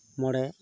ᱢᱚᱬᱮ